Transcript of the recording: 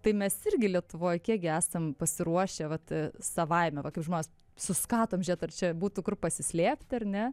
tai mes irgi lietuvoj kiek gi esam pasiruošę vat savaime va kaip žmonės suskatom žiūrėt ar čia būtų kur pasislėpti ar ne